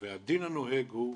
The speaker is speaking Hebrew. והדין הנוהג הוא,